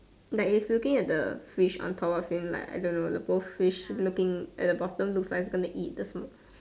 like is looking at the fish on top of him like I don't know the both fish looking at the bottom looks like it's going to eat the small